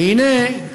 והנה,